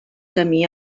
camí